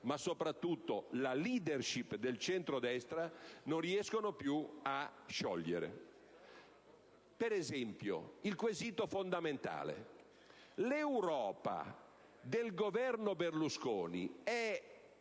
ma soprattutto la *leadership* del centrodestra, non riescono più a sciogliere. Per esempio - il quesito fondamentale - l'Europa del Governo Berlusconi è